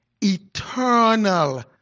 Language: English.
eternal